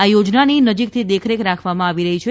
આ યોજનાની નજીકથી દેખરેખ રાખવામાં આવી રહી છે